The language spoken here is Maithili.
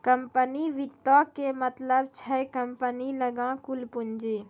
कम्पनी वित्तो के मतलब छै कम्पनी लगां कुल पूंजी